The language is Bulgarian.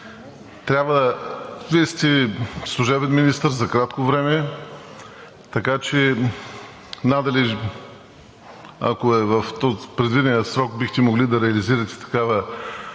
Вие сте служебен министър за кратко време, така че надали, ако е в предвидения срок, бихте могли да реализирате такава